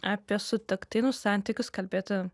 apie sutuoktinių santykius kalbėti